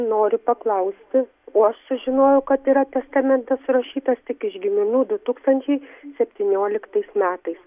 noriu paklausti o aš sužinojau kad yra testamentas rašytas tik iš giminių du tūkstančiai septynioliktais metais